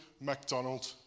MacDonald